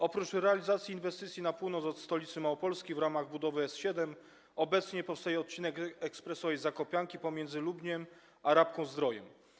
Oprócz realizacji inwestycji na północ od stolicy Małopolski w ramach budowy S7 obecnie powstaje odcinek ekspresowej zakopianki pomiędzy Lubieniem a Rabką-Zdrojem.